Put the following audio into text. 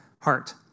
heart